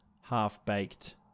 half-baked